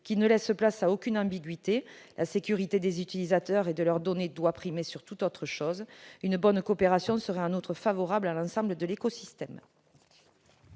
qui ne laisse place à aucune ambiguïté. La sécurité des utilisateurs et de leurs données doit primer sur toute autre chose. Une bonne coopération serait en outre favorable à l'ensemble de l'écosystème.